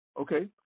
Okay